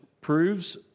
proves